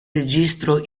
registro